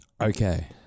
Okay